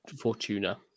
Fortuna